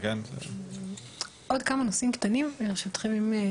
יש קצת חברות אירופיות,